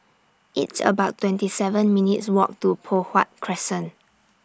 It's about twenty seven minutes' Walk to Poh Huat Crescent